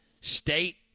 state